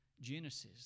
Genesis